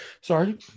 Sorry